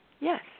Yes